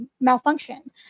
malfunction